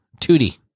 Tootie